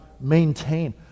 maintain